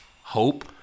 hope